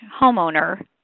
homeowner